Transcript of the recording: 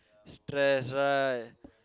stress right